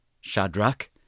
Shadrach